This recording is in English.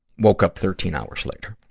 woke up thirteen hours later.